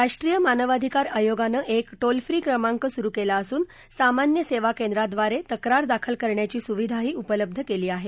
राष्ट्रीय मानवाधिकार आयोगानं एक टोल फ्री क्रमांक सुरु केला असून सामान्य सेवा केंद्राद्वारे तक्रार दाखल करण्याची सुविधाही उपलब्ध केली आहे